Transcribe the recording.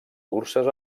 curses